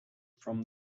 from